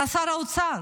אתה שר האוצר,